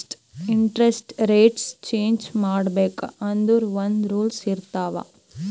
interest rates change ಮಾಡ್ಬೇಕ್ ಅಂದುರ್ ಒಂದ್ ರೂಲ್ಸ್ ಇರ್ತಾವ್